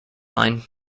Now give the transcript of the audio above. line